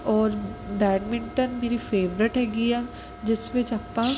ਔਰ ਬੈਡਮਿੰਟਨ ਮੇਰੀ ਫੇਵਰਟ ਹੈਗੀ ਆ ਜਿਸ ਵਿੱਚ ਆਪਾਂ